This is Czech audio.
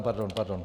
Pardon, pardon!